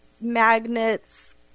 magnets